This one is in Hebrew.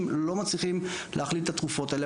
ולא מצליחים להכליל את התרופות האלה.